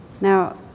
Now